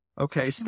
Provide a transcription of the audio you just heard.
Okay